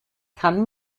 kann